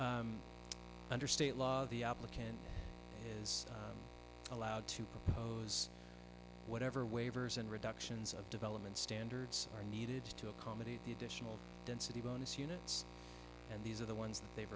under state law the applicant is allowed to put whatever waivers and reductions of development standards are needed to accommodate the additional density bonus units and these are the ones that they've